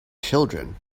children